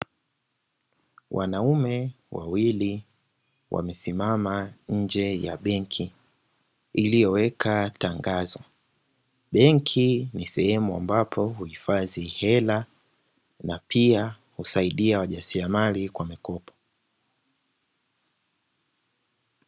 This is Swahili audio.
Wanaume wawili wamesimama nje ya benki iliyoweka tangazo. Benki ni sehemu ambapo huhifadhi hela na pia husaidia wajasiriamali kwa mikopo.